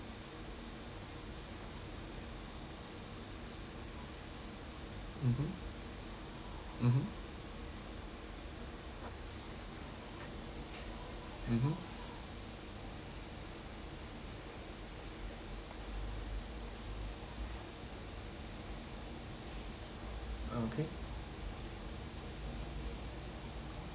mmhmm mmhmm mmhmm okay